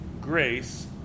grace